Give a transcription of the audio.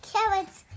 Carrots